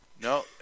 No